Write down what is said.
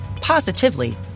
positively